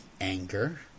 Anger